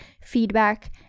feedback